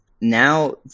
Now